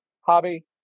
hobby